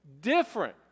different